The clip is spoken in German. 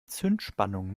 zündspannung